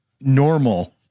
normal